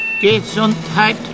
Gesundheit